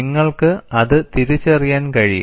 നിങ്ങൾക്ക് അത് തിരിച്ചറിയാൻ കഴിയും